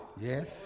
Yes